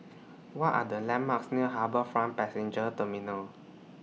What Are The landmarks near HarbourFront Passenger Terminal